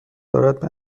دارد، به